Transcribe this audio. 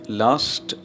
last